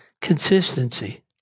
consistency